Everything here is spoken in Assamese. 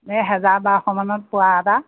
এই হেজাৰ বাৰশমানত পোৱা এটা